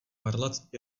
varlat